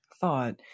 thought